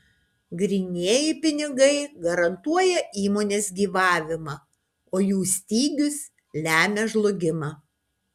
grynieji pinigai garantuoja įmonės gyvavimą o jų stygius lemia žlugimą